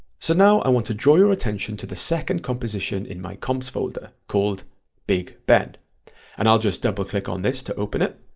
so now i want to draw your attention to the second composition in my comps folder called big ben and i'll just double click on this to open it.